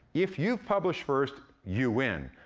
if you publish first, you win,